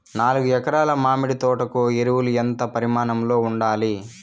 నాలుగు ఎకరా ల మామిడి తోట కు ఎరువులు ఎంత పరిమాణం లో ఉండాలి?